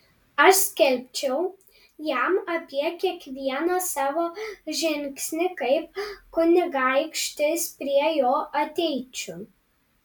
aš skelbčiau jam apie kiekvieną savo žingsnį kaip kunigaikštis prie jo ateičiau